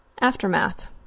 Aftermath